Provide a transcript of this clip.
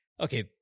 okay